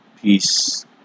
peace